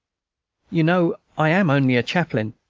you know i am only a chaplain.